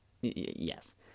yes